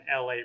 LA